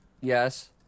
Yes